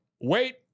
Wait